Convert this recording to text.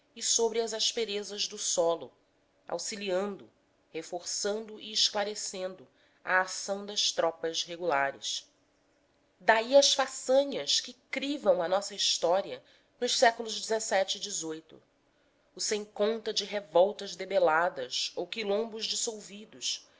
e sobre as asperezas do solo auxiliando reforçando e esclarecendo a ação das tropas regulares daí as façanhas que crivam a nossa história nos xvii e xviii séculos o sem conto de revoltas debeladas ou quilombos dissolvidos